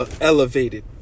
elevated